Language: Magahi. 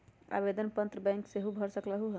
आवेदन पत्र बैंक सेहु भर सकलु ह?